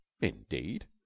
Indeed